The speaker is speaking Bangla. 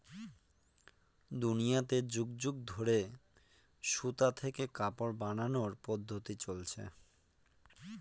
দুনিয়াতে যুগ যুগ ধরে সুতা থেকে কাপড় বানানোর পদ্ধপ্তি চলছে